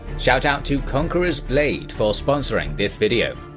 shoutout to conqueror's blade for sponsoring this video!